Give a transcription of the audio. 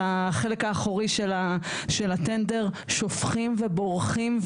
החלק האחורי של הטנדר, שופכים ובורחים.